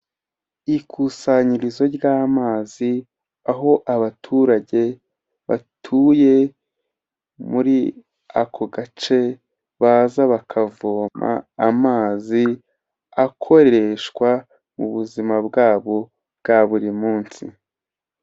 Ikusanyirizo ry'amazi, aho abaturage batuye muri ako gace baza bakavoma amazi akoreshwa mu buzima bwabo bwa buri munsi.